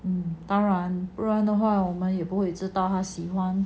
当然不然我们也不会知道很喜欢